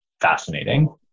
fascinating